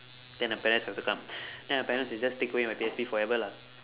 then the parents have to come then my parents will just take away my P_S_P forever lah